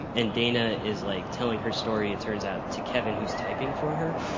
and dana is like telling her story it turns out to kevin who's typing for her.